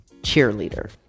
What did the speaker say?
cheerleader